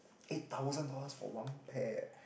eight thousand dollars for one pair